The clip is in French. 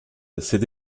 cette